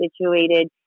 situated